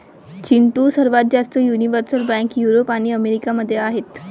चिंटू, सर्वात जास्त universal bank Europe आणि अमेरिका मध्ये आहेत